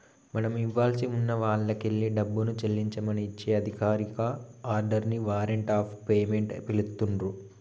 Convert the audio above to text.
మనం ఇవ్వాల్సి ఉన్న వాల్లకెల్లి డబ్బుని చెల్లించమని ఇచ్చే అధికారిక ఆర్డర్ ని వారెంట్ ఆఫ్ పేమెంట్ పిలుత్తున్రు